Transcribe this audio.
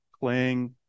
playing